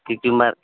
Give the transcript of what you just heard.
क्योंकि मैं